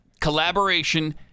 collaboration